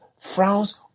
frowns